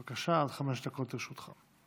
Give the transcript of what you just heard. בבקשה, עד חמש דקות לרשותך.